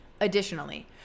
Additionally